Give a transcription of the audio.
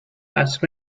ask